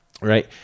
right